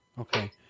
Okay